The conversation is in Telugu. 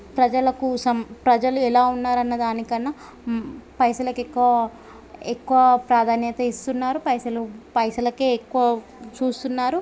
ప్రజలకు సం ప్రజలు ఎలా ఉన్నారన్న దానికన్నా పైసలకెక్కువ ఎక్కువ ప్రాధాన్యత ఇస్తున్నారు పైసలు పైసలకే ఎక్కువ చూస్తున్నారు